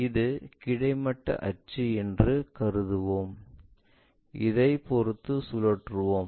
இது கிடைமட்ட அச்சு என்று கருதுவோம் இதை பொருத்து சுற்றுவோம்